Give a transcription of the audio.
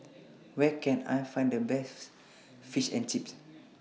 Where Can I Find The Best Fish and Chips